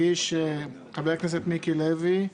בנושא הרוויזיה שהגיש חבר הכנסת מיקי לוי.